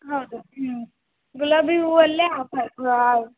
ಹೌದು ಹ್ಞ್ ಗುಲಾಬಿ ಹೂವಲ್ಲೇ ಹಾಫ್ ಹಾಫಾ